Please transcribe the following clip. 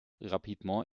rapidement